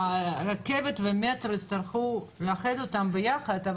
רכבת ומטרו יצטרכו לאחד אותם ביחד,